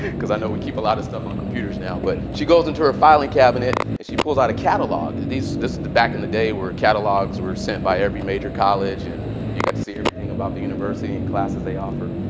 because i know we keep a lot of stuff on computers now. but she goes into her filing cabinet. and she pulls out a catalog. this is back in the day where catalogs were sent by every major college and you got to see everything about the university and classes they offer.